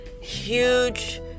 huge